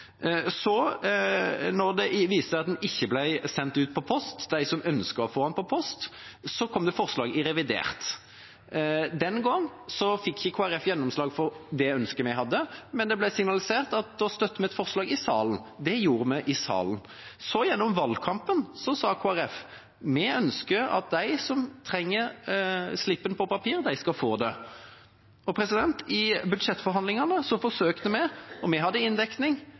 når vi går et år tilbake. Da det viste seg at den ikke ble sendt ut per post til dem som ønsket å få den per post, kom det forslag i revidert. Den gangen fikk ikke Kristelig Folkeparti gjennomslag for det ønsket de hadde, men det ble signalisert at da støtter vi et forslag i salen. Det gjorde vi – i salen. Så i valgkampen sa Kristelig Folkeparti at vi ønsker at de som trenger å få slippen på papir, skal få det. I budsjettforhandlingene forsøkte vi – og vi hadde inndekning,